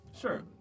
sure